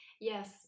Yes